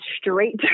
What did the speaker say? straight